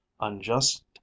unjust